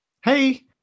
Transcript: Hey